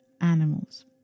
animals